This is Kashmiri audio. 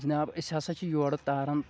جناب أسۍ ہسا چھِ یورٕ تاران